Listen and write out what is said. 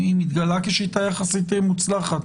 שהיא מתגלה כשיטה יחסית מוצלחת